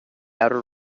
outer